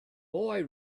boy